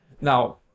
now